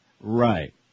right